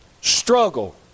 struggle